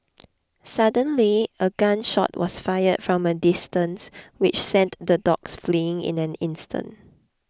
suddenly a gun shot was fired from a distance which sent the dogs fleeing in an instant